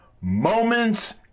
Moments